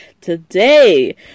Today